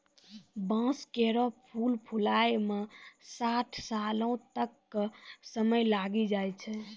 बांस केरो फूल फुलाय म साठ सालो तक क समय लागी जाय छै